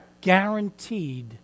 guaranteed